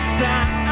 time